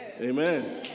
Amen